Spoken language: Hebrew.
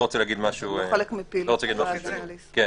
זה חלק מפעילות צה"ל, לא?